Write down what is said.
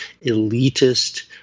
elitist